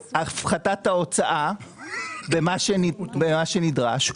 הפחתת ההוצאה במה שנדרש,